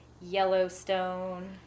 Yellowstone